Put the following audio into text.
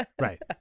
Right